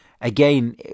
again